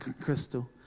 Crystal